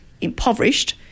impoverished